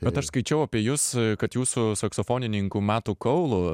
bet aš skaičiau apie jus kad jūs su saksofonininku metu kaulu